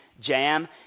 Jam